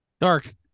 Dark